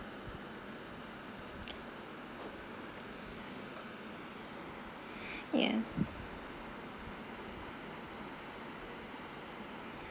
yes